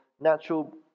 natural